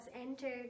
entered